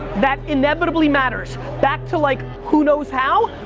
that inevitably matters. back to like, who knows how?